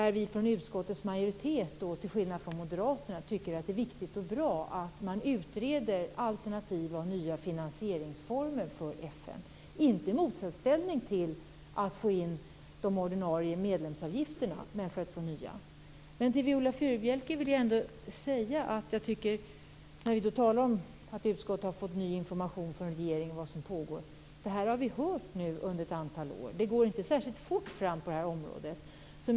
Där tycker vi från utskottets majoritet till skillnad från Moderaterna att det är viktigt och bra att man utreder alternativa och nya finansieringsformer för FN, inte i motsatsställning till att få in de ordinarie medlemsavgifterna, utan för att få in nya pengar. När vi nu talar om att utskottet har fått ny information från regeringen om vad som pågår vill jag till Viola Furubjelke säga: Det har vi hört under ett antal år. Det går inte särskilt fort fram på detta område.